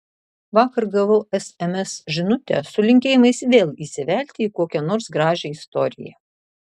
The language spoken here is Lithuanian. vakar gavau sms žinutę su linkėjimais vėl įsivelti į kokią nors gražią istoriją